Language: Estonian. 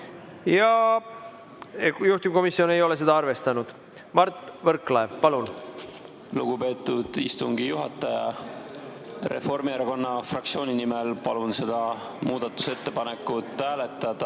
ja juhtivkomisjon ei ole seda arvestanud. Mart Võrklaev, palun! Lugupeetud istungi juhataja! Reformierakonna fraktsiooni nimel palun seda muudatusettepanekut hääletada